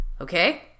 Okay